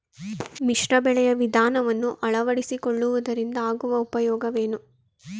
ಮಿಶ್ರ ಬೆಳೆಯ ವಿಧಾನವನ್ನು ಆಳವಡಿಸಿಕೊಳ್ಳುವುದರಿಂದ ಆಗುವ ಉಪಯೋಗವೇನು?